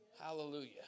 Hallelujah